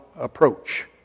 approach